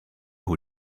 who